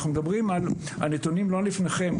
הנתונים לא לפניכם,